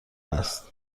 است